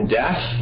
death